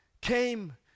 came